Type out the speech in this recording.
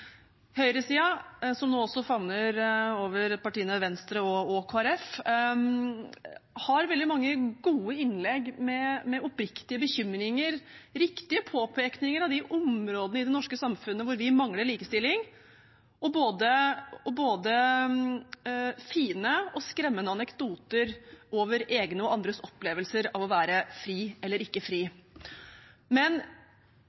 som nå også favner partiene Venstre og Kristelig Folkeparti, har veldig mange gode innlegg med oppriktige bekymringer og riktige påpekninger av de områdene i det norske samfunnet hvor vi mangler likestilling, og både fine og skremmende anekdoter over egne og andres opplevelser av å være fri eller ikke